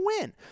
win